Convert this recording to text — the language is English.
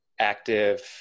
Active